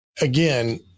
again